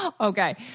Okay